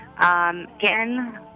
Again